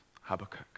Habakkuk